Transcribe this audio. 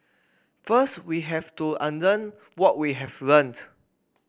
first we have to unlearn what we have learnt